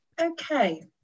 okay